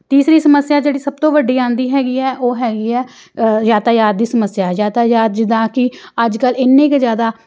ਤੀਸਰੀ ਸਮੱਸਿਆ ਜਿਹੜੀ ਸਭ ਤੋਂ ਵੱਡੀ ਆਉਂਦੀ ਹੈਗੀ ਹੈ ਉਹ ਹੈਗੀ ਹੈ ਯਾਤਾਯਾਤ ਦੀ ਸਮੱਸਿਆ ਯਾਤਾਯਾਤ ਜਿੱਦਾਂ ਕਿ ਅੱਜ ਕੱਲ੍ਹ ਇੰਨੀ ਕੁ ਜ਼ਿਆਦਾ